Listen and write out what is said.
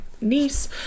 niece